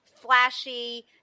flashy